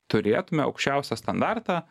turėtume aukščiausią standartą